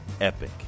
epic